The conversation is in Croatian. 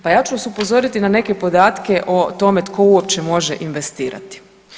Pa ja ću vas upozoriti na neke podatke o tome tko uopće može investirati.